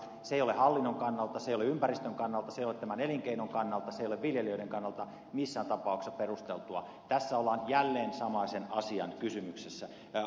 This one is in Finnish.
se ei ole hallinnon kannalta se ei ole ympäristön kannalta se ei ole tämän elinkeinon kannalta se ei ole viljelijöiden kannalta missään tapauksessa perusteltua ja soolon jälkeen saamaan sen asiakysymyksissä ja